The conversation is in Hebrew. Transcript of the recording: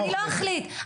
אני לא אחליט,